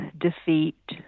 defeat